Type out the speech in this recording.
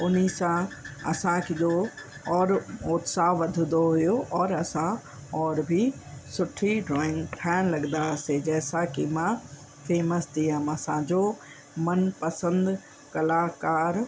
उन्हनि सां असांखे जो और उत्साहु वधंदो हुयो और असां और बि सुठी ड्रॉइंग ठाहिण लगंदा से जंहिंसां की मां फेमस थी आहियां मुंहिंजो मनपसंदि कलाकारु